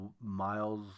Miles